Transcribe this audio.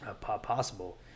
possible